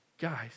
Guys